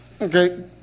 Okay